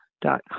dot